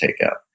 takeout